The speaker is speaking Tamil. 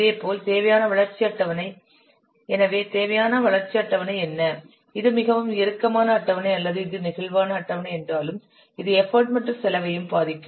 இதேபோல் தேவையான வளர்ச்சி அட்டவணை எனவே தேவையான அட்டவணை என்ன இது மிகவும் இறுக்கமான அட்டவணை அல்லது இது நெகிழ்வான அட்டவணை என்றாலும் இது எஃபர்ட் மற்றும் செலவையும் பாதிக்கும்